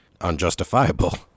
unjustifiable